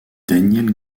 daniele